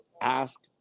ask